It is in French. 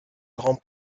grand